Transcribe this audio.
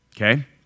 okay